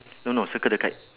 no no circle the kite